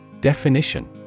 Definition